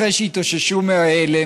אחרי שהתאוששו מההלם,